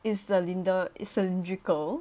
it's cylinder it's cylindrical